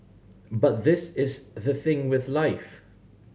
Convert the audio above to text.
but this is the thing with life